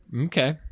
Okay